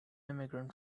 immigrant